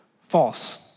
false